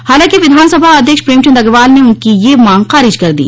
हालांकि विधानसभा अध्यक्ष प्रेमचंद अग्रवाल ने उनकी यह मांग खारिज कर दी